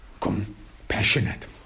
compassionate